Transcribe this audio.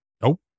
nope